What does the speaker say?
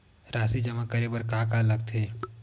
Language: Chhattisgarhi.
राशि जमा करे बर का का लगथे?